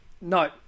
No